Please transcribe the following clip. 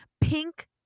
Pink